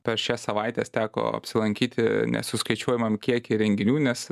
per šias savaites teko apsilankyti nesuskaičiuojamam kieky renginių nes